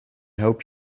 hope